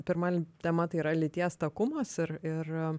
pirma tema tai yra lyties takumas ir ir